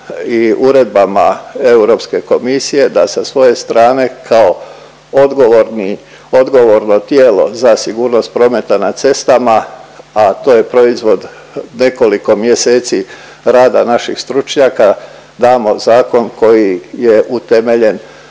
i uredbama Europske komisije, da sa svoje strane kao odgovorni, odgovorno tijelo za sigurnost prometa na cestama, a to je proizvod nekoliko mjeseci rada naših stručnjaka damo zakon koji je utemeljen